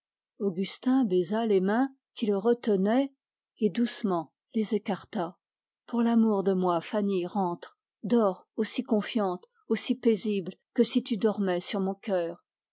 baisa les mains qui le retenaient et doucement les écarta pour l'amour de moi fanny rentre dors aussi confiante aussi paisible que si tu reposais sur mon cœur